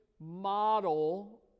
model